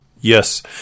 Yes